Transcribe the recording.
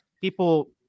people